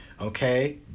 okay